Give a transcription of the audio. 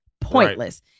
Pointless